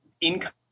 income